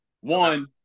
One